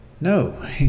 No